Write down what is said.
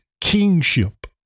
kingship